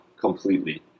completely